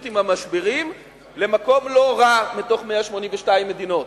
עם משברים למקום לא רע מתוך 182 מדינות.